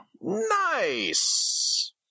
nice